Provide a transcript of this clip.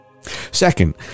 Second